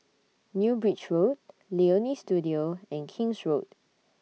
New Bridge Road Leonie Studio and King's Road